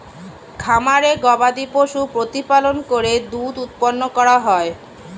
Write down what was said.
খামারে গবাদিপশু প্রতিপালন করে দুধ উৎপন্ন করা হয়